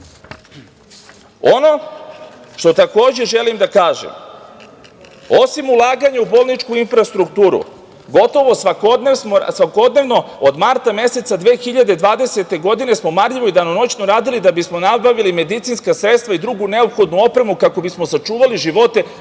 Ono što, takođe, želim da kažem, osim ulaganja u bolničku infrastrukturu, gotovo svakodnevno smo od marta 2020. godine marljivo i danonoćno radili da bismo nabavili medicinska sredstva i drugu neophodnu opremu kako bismo sačuvali živote